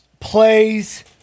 plays